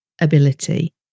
ability